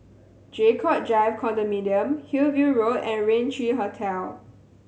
Draycott Drive Condominium Hillview Road and Rain Three Hotel